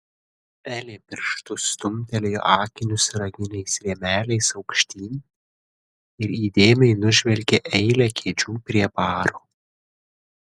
elė pirštu stumtelėjo akinius raginiais rėmeliais aukštyn ir įdėmiai nužvelgė eilę kėdžių prie baro